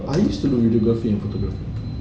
I used to do photography in schools